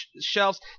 shelves